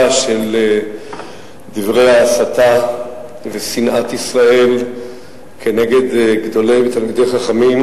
של דברי ההסתה ושנאת ישראל נגד תלמידי חכמים,